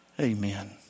Amen